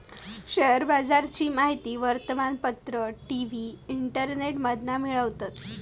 share बाजाराची माहिती वर्तमानपत्र, टी.वी, इंटरनेटमधना मिळवतत